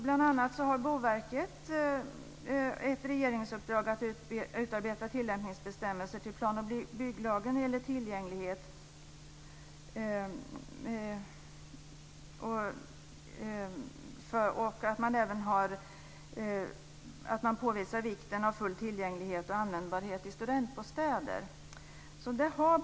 Boverket har ett regeringsuppdrag att utarbeta tillämpningsbestämmelser till plan och bygglagen enligt tillgänglighet, och att påvisa vikten av full tillgänglighet och användbarhet i studentbostäder.